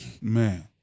Man